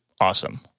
Awesome